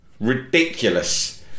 ridiculous